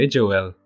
Joel